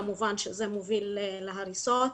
כמובן שזה מוביל להריסות.